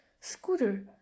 scooter